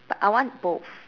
but I want both